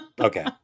Okay